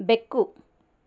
ಬೆಕ್ಕು